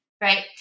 right